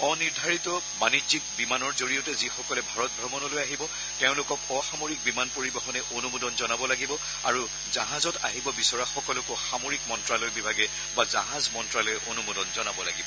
অনিৰ্ধাৰিত বাণিজ্যিক বিমানৰ জৰিয়তে যিসকলে ভাৰত ভ্ৰমণলৈ আহিব তেওঁলোকক অসামৰিক বিমান পৰিবহনে অনুমোদন জনাব লাগিব আৰু জাহাজত আহিব বিচৰাসকলকো সামৰিক মন্তালয় বিভাগে বা জাহাজ মন্তালয়ে অনুমোদন জনাব লাগিব